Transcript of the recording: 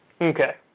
Okay